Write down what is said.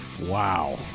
Wow